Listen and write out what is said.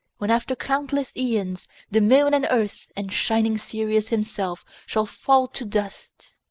when after countless eons the moon and earth and shining sirius himself shall fall to dust.